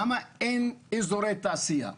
למה אין אזורי תעשיה?